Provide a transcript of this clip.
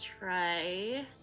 try